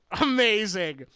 Amazing